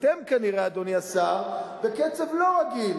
אתם כנראה, אדוני השר, בקצב לא רגיל.